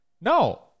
No